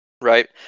right